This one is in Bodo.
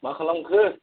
मा खालामखो